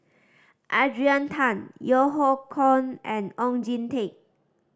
Adrian Tan Yeo Hoe Koon and Oon Jin Teik